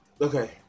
okay